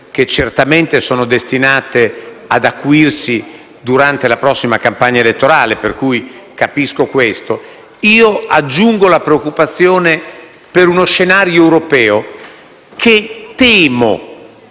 che certamente sono destinate ad acuirsi durante la prossima campagna elettorale, per cui capisco questo aspetto. Io aggiungo la preoccupazione per uno scenario europeo che temo,